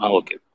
okay